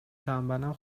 تنبلم